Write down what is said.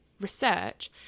research